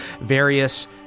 various